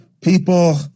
People